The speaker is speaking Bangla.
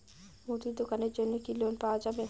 মুদি দোকানের জন্যে কি লোন পাওয়া যাবে?